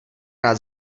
rád